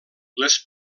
les